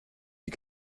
die